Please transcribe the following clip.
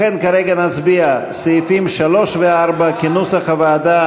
לכן כרגע נצביע על סעיפים 3 ו-4 כנוסח הוועדה,